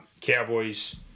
Cowboys